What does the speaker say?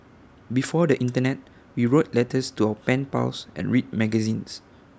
before the Internet we wrote letters to our pen pals and read magazines